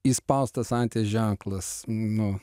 įspaustas anties ženklas nu